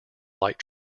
light